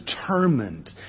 determined